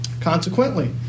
Consequently